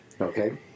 Okay